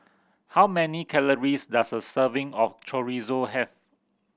how many calories does a serving of Chorizo have